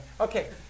Okay